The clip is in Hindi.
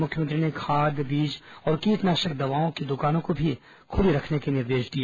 मुख्यमंत्री ने खाद बीज और कीटनाशक की दुकानों को भी खुली रखने के निर्देश दिए